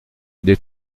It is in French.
des